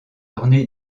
orné